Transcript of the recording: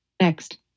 Next